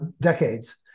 decades